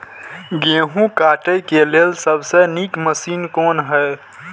गेहूँ काटय के लेल सबसे नीक मशीन कोन हय?